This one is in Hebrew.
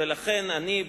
ולכן אני,